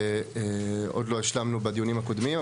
שעוד לא השלמנו בדיונים הקודמים.